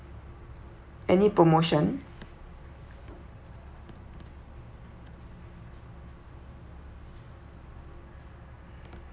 any promotion